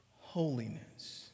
holiness